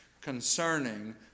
concerning